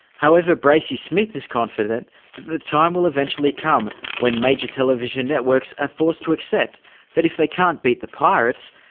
however, bracey smith is confident, that the time will eventually come when major television networks are ah forced to accept that if they can't beat the pirates,